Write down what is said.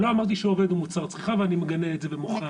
לא אמרתי שעובד הוא מוצר צריכה ואני מגנה על זה ומוחה על זה.